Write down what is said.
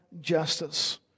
justice